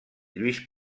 lluís